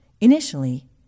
Initially